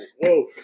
whoa